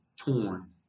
torn